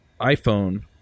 iPhone